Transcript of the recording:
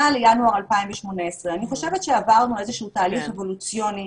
לינואר 2018. אני חושבת שעברנו איזה שהוא תהליך אבולוציוני,